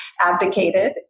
abdicated